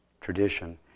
tradition